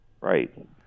right